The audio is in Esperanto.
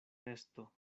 nesto